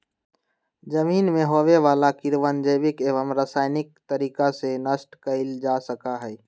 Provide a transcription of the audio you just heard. जमीन में होवे वाला कीड़वन जैविक एवं रसायनिक तरीका से नष्ट कइल जा सका हई